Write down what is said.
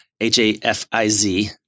H-A-F-I-Z